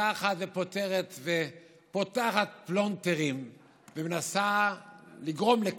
פותחת פלונטרים ומנסה להקל,